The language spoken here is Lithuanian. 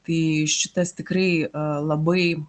tai šitas tikrai labai